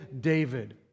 David